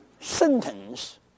sentence